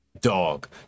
Dog